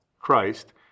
Christ